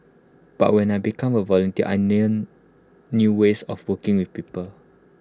but when I became A volunteer I learnt new ways of working with people